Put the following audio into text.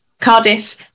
cardiff